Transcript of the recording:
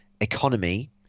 economy